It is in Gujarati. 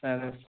સરસ